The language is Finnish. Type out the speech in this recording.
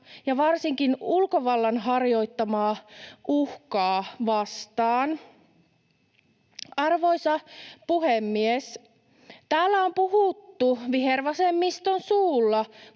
ja varsinkin ulkovallan harjoittamasta uhasta. Arvoisa puhemies! Täällä on puhuttu vihervasemmiston suulla,